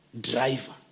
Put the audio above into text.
driver